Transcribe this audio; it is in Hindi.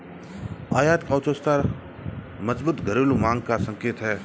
आयात का उच्च स्तर मजबूत घरेलू मांग का संकेत है